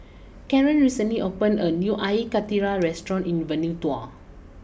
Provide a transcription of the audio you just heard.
Karan recently opened a new Air Karthira restaurant in Vanuatu